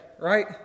right